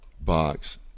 box